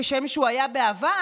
כשם שהוא היה בעבר,